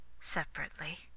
separately